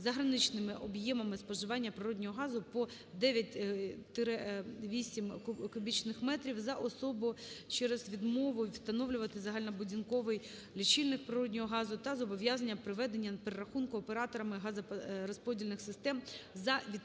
за граничними об'ємами споживання природного газу по 9-8 кубічних метрів за особу через відмову встановлювати загальнобудинковий лічильник природного газу та зобов'язання проведення перерахунку операторами газорозподільних систем за відповідні